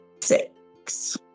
Six